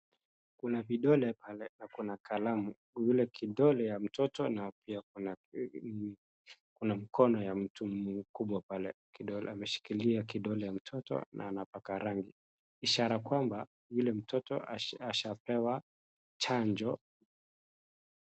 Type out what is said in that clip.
Kuna vidole pale na kuna kalamu, vile kidole ya mtoto na pia kuna mkono ya mtu mkubwa pale kidole ameshikilia kidole ya mtoto na anapaka rangi, ishara kwamba yule mtoto ashapewa chanjo.